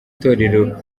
itorero